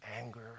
anger